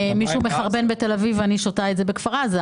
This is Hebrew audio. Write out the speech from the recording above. מישהו מחרבן בתל אביב ואני שותה את זה בכפר עזה.